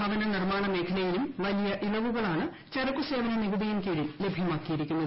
ഭവന നിർമ്മാണ മേഖലയിലും വലിയ ഇളവുകളാണ് ചരക്കുസേവന നികുതിയിൻ കീഴിൽ ലഭ്യമാക്കിയിരിക്കുന്നത്